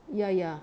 ya ya